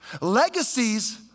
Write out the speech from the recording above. Legacies